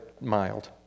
Mild